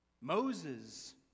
Moses